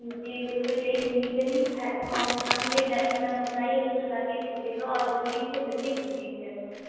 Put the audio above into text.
جی بالکل یہی امید رہے گی کہ شکایت کا موقع نہ ملے جیسی میں نے بتائی ہے بالکل ویسی سلیے گا اور جلدی سے جلدی سل دیجیے گا